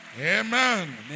Amen